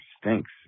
stinks